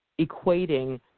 equating